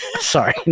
sorry